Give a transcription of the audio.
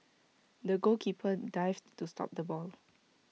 the goalkeeper dived to stop the ball